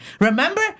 Remember